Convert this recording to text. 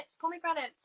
pomegranates